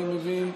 אני מבין.